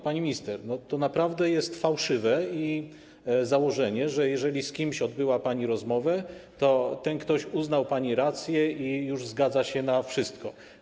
Pani minister, to naprawdę jest fałszywe założenie, że jeżeli z kimś odbyła pani rozmowę, to ten ktoś uznał pani racje i już zgadza się na wszystko.